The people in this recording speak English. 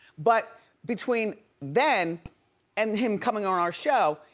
but between then and him coming on our show,